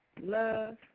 Love